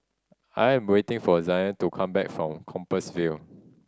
I am waiting for Zayne to come back from Compassvale